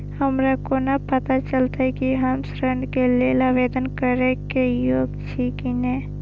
हमरा कोना पताा चलते कि हम ऋण के लेल आवेदन करे के योग्य छी की ने?